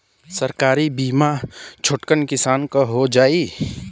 सरकारी बीमा छोटकन किसान क हो जाई?